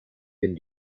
bin